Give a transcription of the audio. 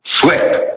sweat